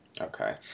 Okay